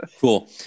Cool